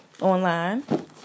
online